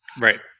Right